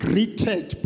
Greeted